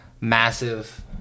massive